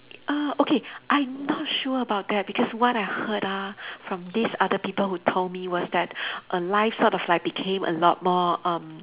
uh okay I'm not sure about that because what I heard ah from these other people who told me was that err life sort of became a lot more um